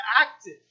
active